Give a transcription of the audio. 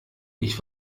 ich